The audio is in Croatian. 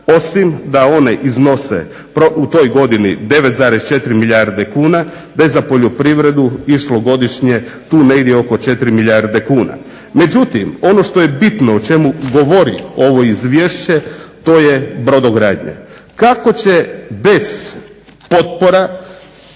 osim da one iznose u toj godini 9,4 milijarde kuna, da je za poljoprivredu išlo godišnje tu negdje oko 4 milijarde kuna. Međutim ono što je bitno, o čemu govori ovo izvješće to je brodogradnja. Kako će bez potpora